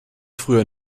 früher